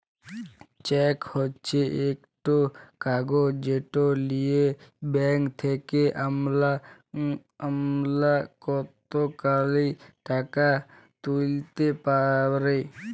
cheque হছে ইকট কাগজ যেট লিঁয়ে ব্যাংক থ্যাকে আমলাতকারী টাকা তুইলতে পারে